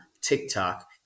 tiktok